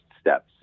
steps